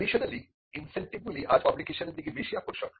additionally ইন্সেন্টিভগুলি আজ publication এর দিকে বেশি আকর্ষক